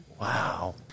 Wow